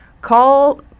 Call